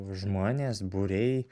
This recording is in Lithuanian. žmonės būriai